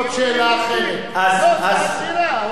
זאת שאלה אחרת.